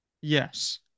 Yes